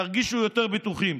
ירגישו יותר בטוחים.